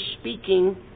speaking